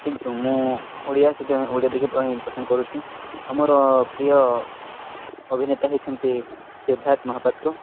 କିନ୍ତୁ ମୁଁ ଓଡ଼ିଆ ସେଥିପାଇଁ ଓଡ଼ିଆ ଦେଖିବା ପାଇଁ ପସନ୍ଦ କରୁଛିି ଆମର ପ୍ରିୟ ଅଭିନେତା ହେଉଛନ୍ତି ସିଦ୍ଧାର୍ଥ ମହାପାତ୍ର